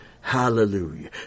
Hallelujah